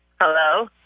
Hello